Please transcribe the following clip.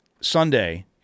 Sunday